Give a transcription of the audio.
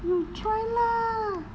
you try lah